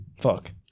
fuck